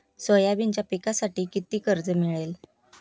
सोयाबीनच्या पिकांसाठी किती कर्ज मिळेल?